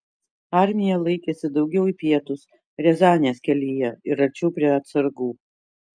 armija laikėsi daugiau į pietus riazanės kelyje ir arčiau prie atsargų